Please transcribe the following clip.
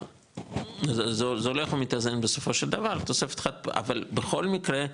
זה הולך ומתאזן בסופו של דבר, אבל בכל מקרה,